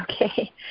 Okay